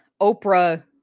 Oprah